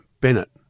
Bennett